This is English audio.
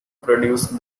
produced